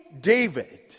David